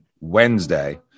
Wednesday